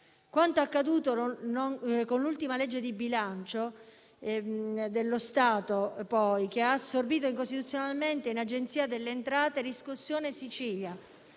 Quanto accaduto con l'ultima legge di bilancio dello Stato, che ha assorbito incostituzionalmente in Agenzia delle entrate la società Riscossione Sicilia,